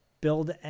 build